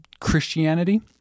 Christianity